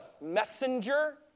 messenger